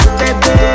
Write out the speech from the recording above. baby